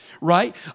right